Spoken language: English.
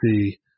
see